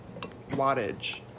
Wattage